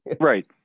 right